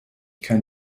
kann